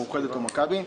מאוחדת או מכבי,